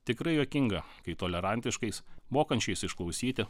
tikrai juokinga kai tolerantiškais mokančiais išklausyti